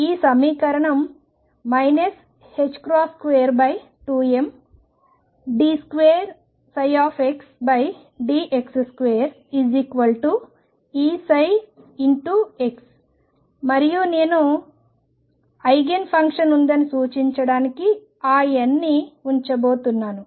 ఈ సమీకరణం 22md2xdx2Eψ మరియు మళ్లీ నేను ఐగెన్ ఫంక్షన్ ఉందని సూచించడానికి ఆ n ని ఉంచబోతున్నాను